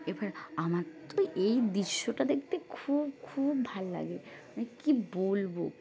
এবার আমার তো এই দৃশ্যটা দেখতে খুব খুব ভালো লাগে মানে কী বলবো